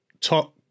top